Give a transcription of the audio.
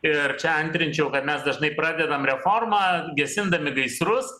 ir čia antrinčiau kad mes dažnai pradedam reformą gesindami gaisrus